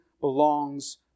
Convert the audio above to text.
belongs